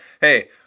Hey